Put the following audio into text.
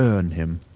earn him.